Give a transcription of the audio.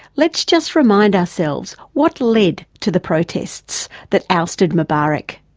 let's just remind ourselves what led to the protests that ousted mubarak.